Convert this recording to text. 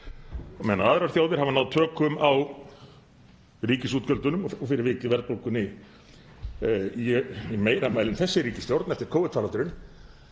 Á meðan aðrar þjóðir hafa náð tökum á ríkisútgjöldum og fyrir vikið verðbólgunni í meira mæli en þessi ríkisstjórn eftir Covid-faraldurinn,